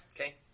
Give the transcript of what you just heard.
Okay